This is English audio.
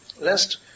lest